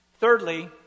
Thirdly